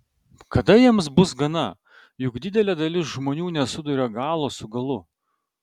kada jiems bus gana juk didelė dalis žmonių nesuduria galo su galu